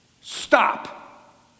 stop